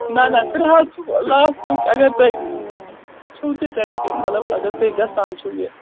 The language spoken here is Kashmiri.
نہَ نہَ ترٛےٚ حظ چھُ لاسٹُک اگر تۄہہِ چھُو تُہۍ تیٚلہِ مطلب اگر تُہۍ گژھان چھُو یہِ